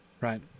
right